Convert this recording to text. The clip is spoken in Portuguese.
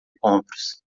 compras